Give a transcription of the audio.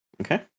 Okay